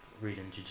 reading